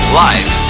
life